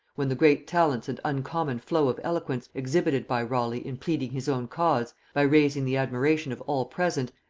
when the great talents and uncommon flow of eloquence exhibited by raleigh in pleading his own cause, by raising the admiration of all present,